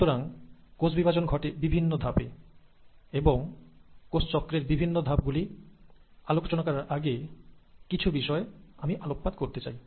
সুতরাং কোষ বিভাজন ঘটে বিভিন্ন ধাপে এবং কোষ চক্রের বিভিন্ন ধাপ গুলি আলোচনা করার আগে কিছু বিষয়ের ওপর আমি আলোকপাত করতে চাই